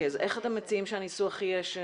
איך אתם מציעים שהניסוח יהיה?